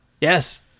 yes